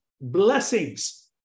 blessings